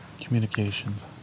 communications